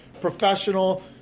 professional